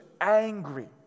angry